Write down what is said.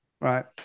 right